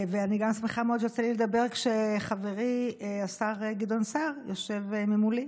אני גם שמחה מאוד שיוצא לי לדבר כשחברי השר גדעון סער יושב מולי,